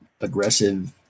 aggressive